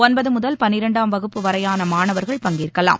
ஒன்பது முதல் பனிரெண்டாம் வகுப்பு வரையான மாணவர்கள் பங்கேற்கலாம்